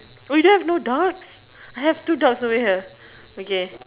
oh you don't have no ducks I have two ducks over here okay